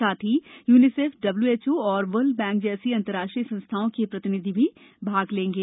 साथ ही UNICEF WHO और वर्ल्ड बैंक जैसी अंतर्राष्ट्रीय संस्थाओं के प्रतिनिधि भी सहभागिता करेंगे